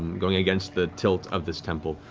going against the tilt of this temple.